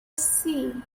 see